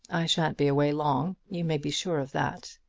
i shan't be away long. you may be sure of that.